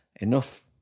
enough